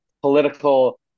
political